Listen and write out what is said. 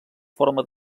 forma